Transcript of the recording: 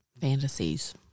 fantasies